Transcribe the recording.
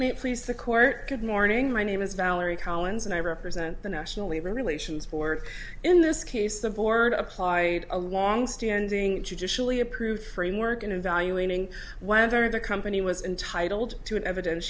collins please the court good morning my name is valerie collins and i represent the national labor relations board in this case the board apply a longstanding judicially approved framework in evaluating whether the company was intitled to an eviden